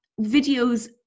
videos